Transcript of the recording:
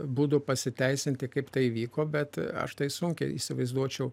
būdų pasiteisinti kaip tai įvyko bet aš tai sunkiai įsivaizduočiau